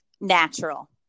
natural